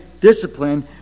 discipline